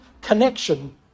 connection